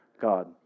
God